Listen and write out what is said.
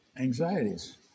anxieties